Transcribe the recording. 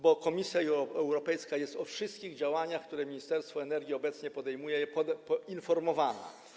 Bo Komisja Europejska jest o wszystkich działaniach, które Ministerstwo Energii obecnie podejmuje, poinformowana.